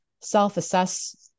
self-assess